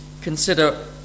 consider